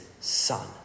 Son